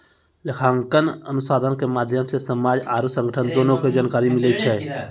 लेखांकन अनुसन्धान के माध्यम से समाज आरु संगठन दुनू के जानकारी मिलै छै